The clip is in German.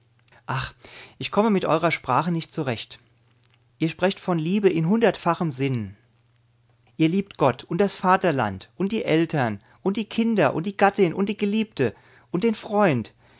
ich komme mit eurer sprache nicht zurecht ihr sprecht von liebe in hundertfachem sinn ihr liebt gott und das vaterland und die eltern und die kinder und die gattin und die geliebte und den freund